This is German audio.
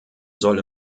soll